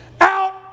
out